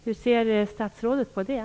Hur ser statsrådet på det?